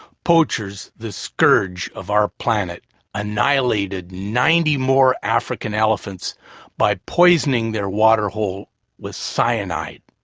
poachers the scourge of our planet annihilated ninety more african elephants by poisoning their watering hole with cyanide.